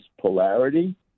polarity